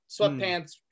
Sweatpants